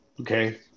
Okay